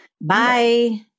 Bye